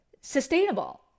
sustainable